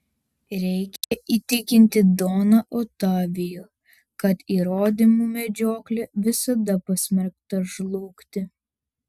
reikia įtikinti doną otavijų kad įrodymų medžioklė visada pasmerkta žlugti